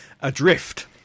Adrift